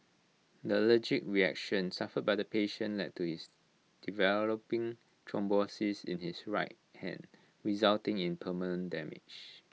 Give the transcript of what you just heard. the allergic reaction suffered by the patient led to his developing thrombosis in his right hand resulting in permanent damage